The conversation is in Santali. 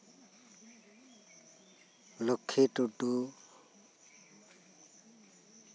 ᱞᱚᱠᱠᱷᱤ ᱴᱩᱰᱩ